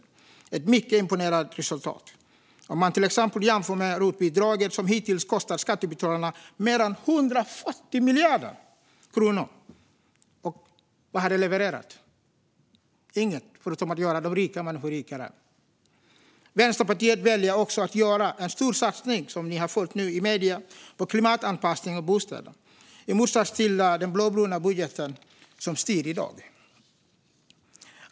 Det är ett mycket imponerade resultat, om man till exempel jämför med rotbidraget som hittills kostat skattebetalarna mer än 140 miljarder kronor. Vad har det levererat? Inget - förutom att göra de rika människorna rikare. Vänsterpartiet väljer också att göra en storsatsning på klimatanpassning av bostäder i motsats till den blåbruna budgeten som styr i dag.